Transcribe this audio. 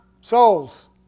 Souls